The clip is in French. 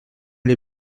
les